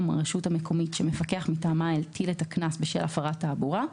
הרשות המקומית שמפקח מטעמה הטיל את הקנס בשל הפרת תעבורה,